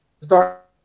start